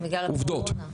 אלה העובדות.